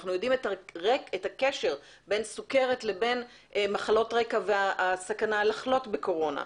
אנחנו יודעים את הקשר בין סכרת לבין מחלות רקע והסכנה לחלות בקורונה.